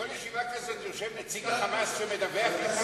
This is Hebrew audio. בכל ישיבה כזאת יושב נציג ה"חמאס" שמדווח לך?